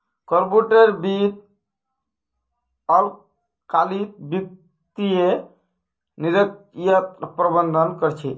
corporate वित्त अल्पकालिक वित्तीय निर्णयर प्रबंधन कर छे